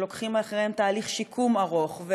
שצריכים תהליך שיקום ארוך,